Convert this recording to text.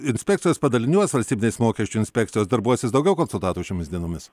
inspekcijos padaliniuos valstybinės mokesčių inspekcijos darbuosis daugiau konsultantų šiomis dienomis